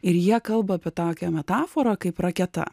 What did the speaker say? ir jie kalba apie tokią metaforą kaip raketa